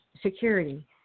security